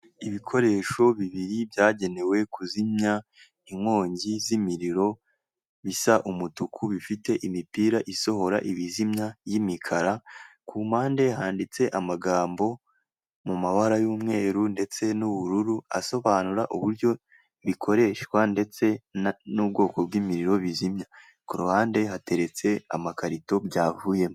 Ibikoresho bibiri byagenewe kuzimya inkongi z'imiriro, bisa umutuku, bifite imipira isohora ibizimya y'imikara, ku mpande handitse amagambo mu mabara y'umweru ndetse n'ubururu, asobanura uburyo bikoreshwa ndetse n'ubwoko bw'imiriro bizimya. Ku ruhande hateretse amakarito byavuyemo.